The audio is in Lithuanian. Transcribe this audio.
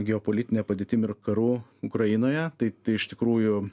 geopolitine padėtim ir karu ukrainoje tai iš tikrųjų